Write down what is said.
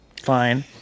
fine